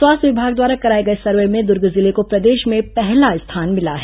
स्वास्थ्य विभाग द्वारा कराए गए सर्वे में द्र्ग जिले को प्रदेश में पहला स्थान मिला है